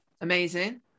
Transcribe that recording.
Amazing